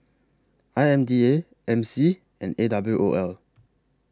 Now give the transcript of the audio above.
I M D A M C and A W O L